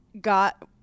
got